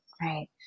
right